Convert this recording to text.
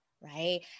right